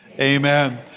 Amen